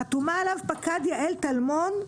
חתומה עליו פקד יעל טלמון,